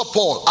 Paul